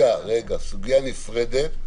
זאת סוגיה נפרדת,